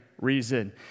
reason